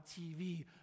tv